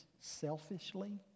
selfishly